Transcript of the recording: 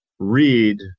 Read